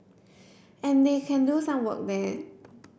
and they can do some work there